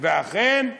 ואכן,